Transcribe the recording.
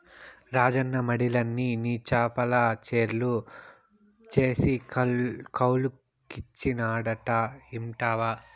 రాజన్న మడిలన్ని నీ చేపల చెర్లు చేసి కౌలుకిచ్చినాడట ఇంటివా